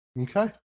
Okay